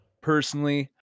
personally